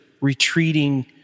retreating